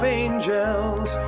angels